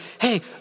hey